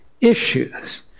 issues